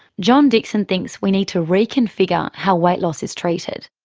john dixon thinks we need to reconfigure how weight loss is treated.